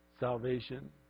salvation